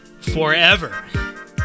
forever